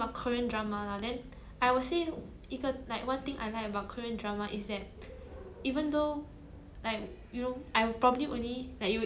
mm mm